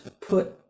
put